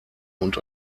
und